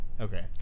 Okay